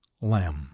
lamb